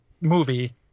movie